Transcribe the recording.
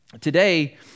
Today